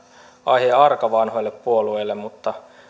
aihe arka vanhoille puolueille mutta